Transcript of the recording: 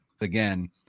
again